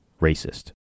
racist